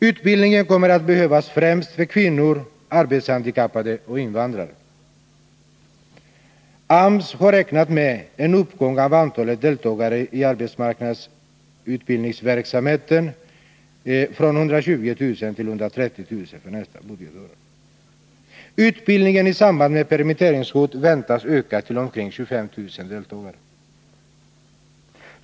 Utbildningen kommer att behövas främst för kvinnor, arbetshandikappade och invandrare. AMS har räknat med en uppgång av antalet deltagare i AMU verksamheten från 120 000 till ca 149 000 för nästa budgetår. Utbildningen i samband med permitteringshot väntas öka till omkring 25 000 deltagare.